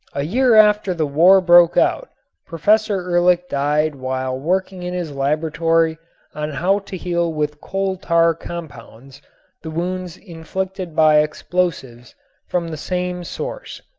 a year after the war broke out professor ehrlich died while working in his laboratory on how to heal with coal-tar compounds the wounds inflicted by explosives from the same source.